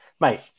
mate